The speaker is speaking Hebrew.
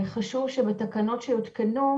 חשוב שבתקנות שיותקנו,